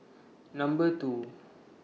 Number two